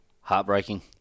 Heartbreaking